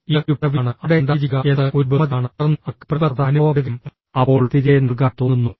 ഇത് ഒരു പദവിയാണ് അവിടെ ഉണ്ടായിരിക്കുക എന്നത് ഒരു ബഹുമതിയാണ് തുടർന്ന് അവർക്ക് പ്രതിബദ്ധത അനുഭവപ്പെടുകയും അപ്പോൾ തിരികെ നൽകാൻ തോന്നുന്നു